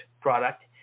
product